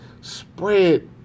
spread